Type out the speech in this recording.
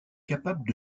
capable